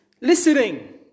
listening